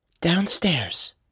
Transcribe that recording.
downstairs